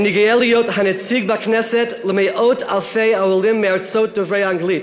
אני גאה להיות הנציג בכנסת של מאות אלפי העולים מארצות דוברי האנגלית,